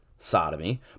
sodomy